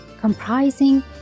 comprising